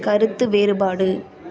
கருத்து வேறுபாடு